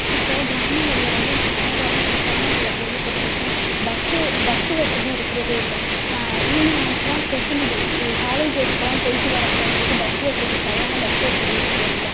இப்போ கிராமங்களில் வந்து நான் நிறைய கிராமங்களில் கேள்விப்பட்டிருக்கேன் பஸ்ஸு பஸ்ஸு வசதி இருக்கிறதே இல்லை நான் ஈவினிங் ஆச்சுனா ஃபெசிலிட்டி இது காலேஜஸ்க்குலாம் போய்விட்டு வர பிள்ளைங்களுக்கு பஸ் வசதி சரியான பஸ் வசதி இருக்கிறதில்ல